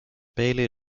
bailey